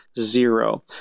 zero